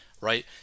right